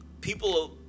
people